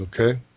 Okay